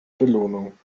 belohnung